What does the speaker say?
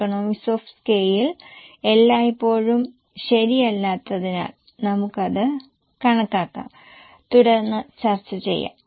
economise of scale എല്ലായ്പ്പോഴും ശരിയല്ലാത്തതിനാൽ നമുക്കത് കണക്കാക്കാം തുടർന്ന് ചർച്ച ചെയ്യാം